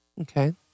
Okay